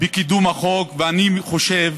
בקידום החוק, ואני חושב